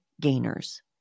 gainers